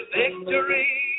victory